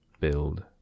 build